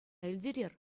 илтерер